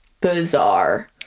bizarre